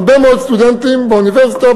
הרבה מאוד סטודנטים באוניברסיטה,